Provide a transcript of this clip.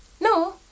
No